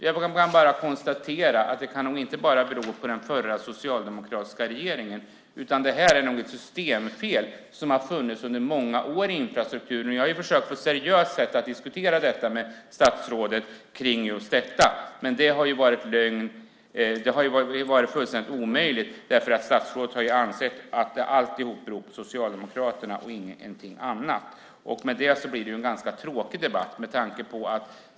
Det här kan nog inte bara bero på den förra socialdemokratiska regeringen, utan det är nog ett systemfel som har funnits under många år i infrastrukturen. Jag har försökt att på ett seriöst sätt diskutera detta med statsrådet, men det har varit fullständigt omöjligt därför att statsrådet har ansett att alltihop beror på Socialdemokraterna och ingenting annat. I och med det blir det en ganska tråkig debatt.